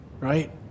right